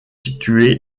situé